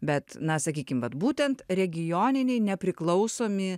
bet na sakykim vat būtent regioniniai nepriklausomi